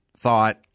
Thought